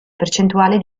percentuale